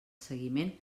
seguiment